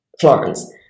Florence